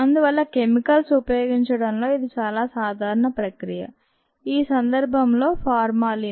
అందువల్ల కెమికల్స్ ఉపయోగించడంలో ఇది చాలా సాధారణ ప్రక్రియ ఈ సందర్భంలో ఫార్మాలిన్